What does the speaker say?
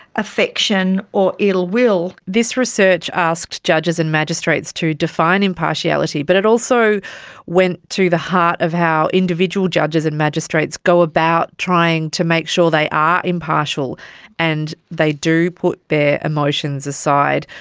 affection or ill will. this research asked judges and magistrates to define impartiality, but it also went to the heart of how individual judges and magistrates go about trying to make sure they are impartial and they do put their emotions aside.